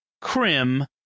Krim